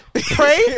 Pray